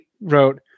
wrote